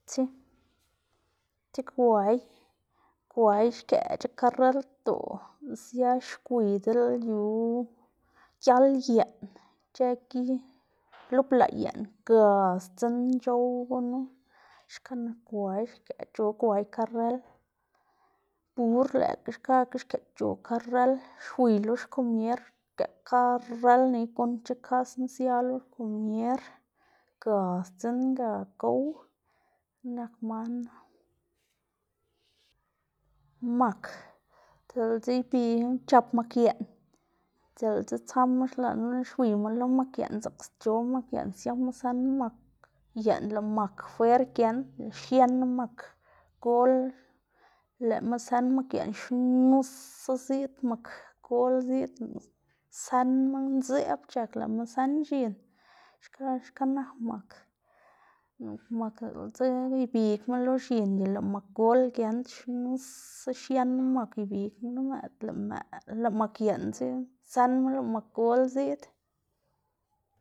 Tsi ti gway gway xkëꞌc̲h̲a karreldoꞌ sia xgwiy diꞌl yu gial yeꞌn ic̲h̲ë gi lublaꞌ yeꞌn ga szinn c̲h̲ow gunu, xka nak gway xkëꞌc̲h̲o gway karrel, bur lëꞌkga xkakga xkëꞌc̲h̲o karrel xwiy lo xkomier xkëꞌ karrel nika gunndc̲h̲a kasma sia lo xkomier, ga sdzinn ga gow nak man, mak diꞌltsa c̲h̲ap mak yeꞌn diꞌlta tsama xlaꞌnma xwiyma lo mak yeꞌn zaꞌksac̲h̲o mak yeꞌn, siama sënma mak yeꞌn, lëꞌ mak fwer giend xienna mak gol lëꞌma sën mak yeꞌn xnusa ziꞌd mak gol ziꞌd sënma ndzeꞌb c̲h̲ak lëꞌma sën x̱in xka xka nak mak nak mak diꞌltsa ibigma lo x̱in y lëꞌ mak gol giend xnusa xienna mak ibigma lo mëꞌd lëꞌ mëꞌd lëꞌ mak yeꞌn si sënma lëꞌ mak gol ziꞌd.